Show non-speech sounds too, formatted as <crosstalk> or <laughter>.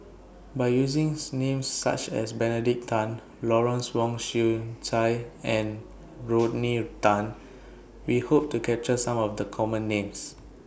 By using <unintelligible> Names such as Benedict Tan Lawrence Wong Shyun Tsai and Rodney Tan We Hope to capture Some of The Common Names